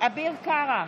אביר קארה,